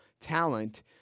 talent